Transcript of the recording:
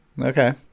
Okay